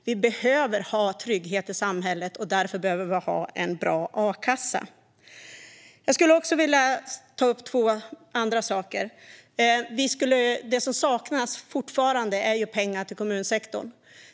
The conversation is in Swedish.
Vi behöver ha trygghet i samhället, och därför behöver vi ha en bra a-kassa. Jag skulle också vilja ta upp två andra saker. Det som fortfarande saknas är pengar till kommunsektorn.